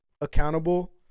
accountable